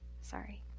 sorry